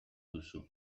duzu